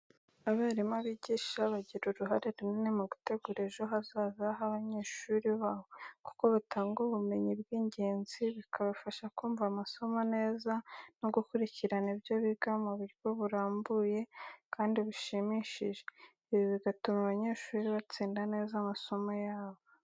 Abarimu bigisha bagira uruhare runini mu gutegura ejo hazaza h'abanyeshuri babo kuko batanga ubumenyi bw'ingenzi, bakabafasha kumva amasomo neza no gukurikirana ibyo biga mu buryo burambuye kandi bushimishije. Ibi bigatuma abanyeshuri batsinda neza amasomo yabo.